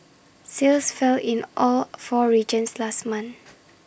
sales fell in all four regions last month